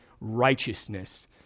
righteousness